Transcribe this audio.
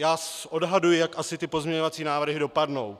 Já odhaduji, jak asi ty pozměňovací návrhy dopadnou.